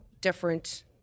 different